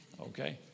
okay